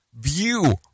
view